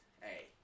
hey